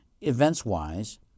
events-wise